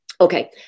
Okay